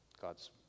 God's